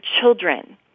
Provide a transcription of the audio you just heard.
children